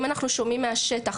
אם אנחנו שומעים מהשטח,